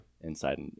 inside